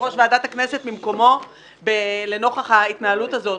יושב-ראש ועדת הכנסת ממקומו נוכח ההתנהלות הזאת.